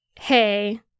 hey